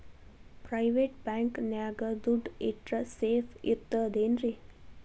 Private bank ನ್ಯಾಗ್ ದುಡ್ಡ ಇಟ್ರ ಸೇಫ್ ಇರ್ತದೇನ್ರಿ?